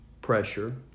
pressure